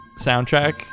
soundtrack